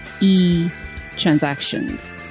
e-transactions